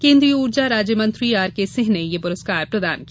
केन्द्रीय ऊर्जा राज्य मंत्री आरकेसिंह ने यह पुरस्कार प्रदान किया